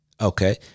Okay